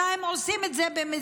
אלא עושים את זה במסווה,